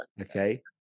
okay